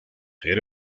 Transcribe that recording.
era